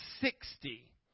sixty